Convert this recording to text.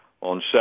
on